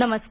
नमस्कार